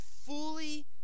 fully